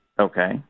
Okay